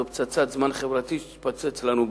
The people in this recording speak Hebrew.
זו פצצת זמן חברתית שתתפוצץ לנו בפרצוף.